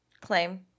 claim